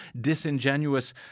disingenuous